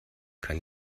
kein